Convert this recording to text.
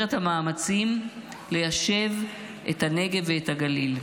את המאמצים ליישב את הנגב ואת הגליל.